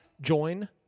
Join